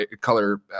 color